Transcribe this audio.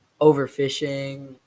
overfishing